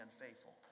unfaithful